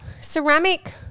Ceramic